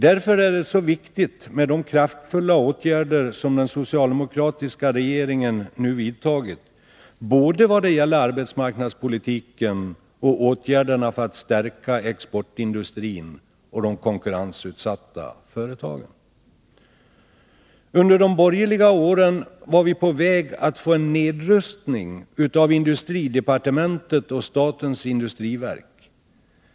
Därför är det så viktigt med de kraftfulla åtgärder som den socialdemo kratiska regeringen vidtagit vad gäller både arbetsmarknadspolitiken och för att stärka exportindustrin och de konkurrensutsatta företagen. Under de borgerliga åren var vi på väg att få en nedrustning av industridepartementet och av statens industriverk.